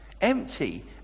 empty